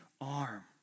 arm